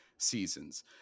seasons